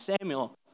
Samuel